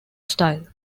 style